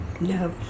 No